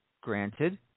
granted